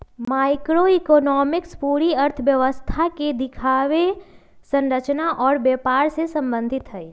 macroeconomics पूरी अर्थव्यवस्था के दिखावे, संरचना और व्यवहार से संबंधित हई